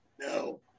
No